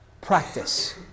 practice